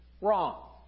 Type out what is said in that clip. wrong